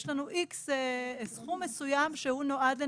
יש לנו סכום מסוים שנועד לנגישות.